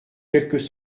quelques